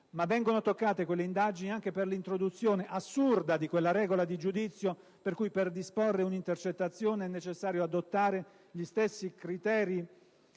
Ma vengono toccate quelle indagini anche per l'introduzione assurda di quella regola di giudizio per cui, per disporre un'intercettazione, è necessario adottare gli stessi criteri